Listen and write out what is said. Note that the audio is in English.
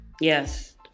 Yes